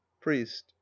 priest